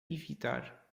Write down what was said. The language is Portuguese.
evitar